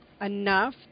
enough